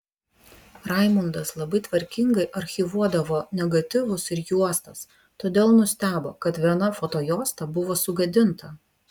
raimundas labai tvarkingai archyvuodavo negatyvus ir juostas todėl nustebo kad viena fotojuosta buvo sugadinta